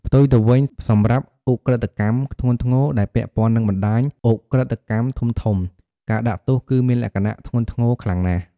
ផ្ទុយទៅវិញ សម្រាប់ឧក្រិដ្ឋកម្មធ្ងន់ធ្ងរ ដែលពាក់ព័ន្ធនឹងបណ្តាញឧក្រិដ្ឋកម្មធំៗ ការដាក់ទោសគឺមានលក្ខណៈ ធ្ងន់ធ្ងរខ្លាំងណាស់។